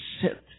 sit